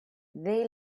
they